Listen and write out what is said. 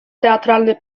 teatralny